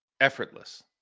Effortless